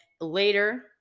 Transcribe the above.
later